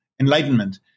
enlightenment